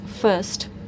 First